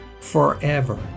forever